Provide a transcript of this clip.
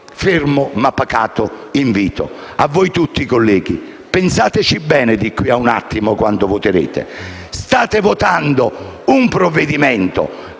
fermo ma pacato invito. A voi tutti, colleghi, dico: pensateci bene, di qui a un attimo, quando voterete. State per votare un provvedimento